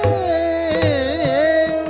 a